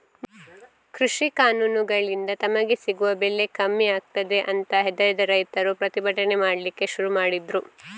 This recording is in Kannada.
ಕೃಷಿ ಕಾನೂನುಗಳಿಂದ ತಮಗೆ ಸಿಗುವ ಬೆಲೆ ಕಮ್ಮಿ ಆಗ್ತದೆ ಅಂತ ಹೆದರಿದ ರೈತರು ಪ್ರತಿಭಟನೆ ಮಾಡ್ಲಿಕ್ಕೆ ಶುರು ಮಾಡಿದ್ರು